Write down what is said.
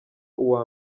uwa